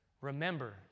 remember